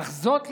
אך זאת,